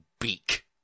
beak